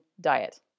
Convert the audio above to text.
diet